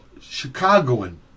Chicagoan